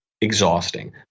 exhausting